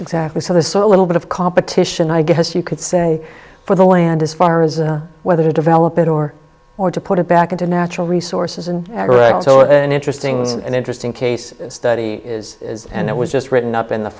exactly so there's so a little bit of competition i guess you could say for the land as far as whether to develop it or or to put it back into natural resources and also an interesting and interesting case study and it was just written up in the